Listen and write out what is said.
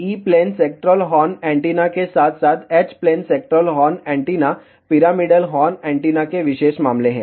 E plane sectoral horn antenna के साथ साथ H plane sectoral horn antenna pyramidal horn antenna के विशेष मामले हैं